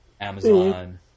amazon